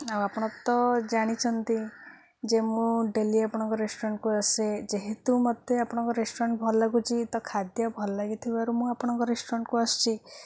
ଆଉ ଆପଣ ତ ଜାଣିଛନ୍ତି ଯେ ମୁଁ ଡେଲି ଆପଣଙ୍କ ରେଷ୍ଟୁରାଣ୍ଟ୍କୁ ଆସେ ଯେହେତୁ ମୋତେ ଆପଣଙ୍କ ରେଷ୍ଟୁରାଣ୍ଟ୍ ଭଲ ଲାଗୁଛି ତ ଖାଦ୍ୟ ଭଲ ଲାଗିଥିବାରୁ ମୁଁ ଆପଣଙ୍କ ରେଷ୍ଟୁରାଣ୍ଟ୍କୁ ଆସୁଛି